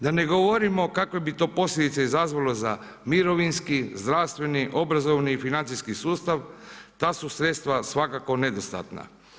Da ne govorimo kakve bi to posljedice izazvalo za mirovinski, zdravstveni, obrazovni i financijski sustav, ta su sredstva svakako nedostatna.